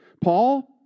Paul